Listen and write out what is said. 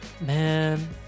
man